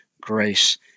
grace